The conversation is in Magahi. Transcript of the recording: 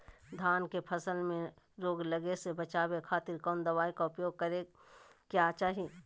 धान के फसल मैं रोग लगे से बचावे खातिर कौन दवाई के उपयोग करें क्या चाहि?